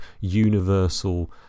universal